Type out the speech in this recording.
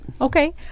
Okay